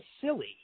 silly